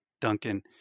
Duncan